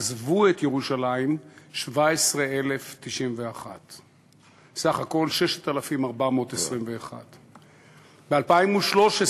עזבו את ירושלים 17,091. סך הכול 6,421. וואי.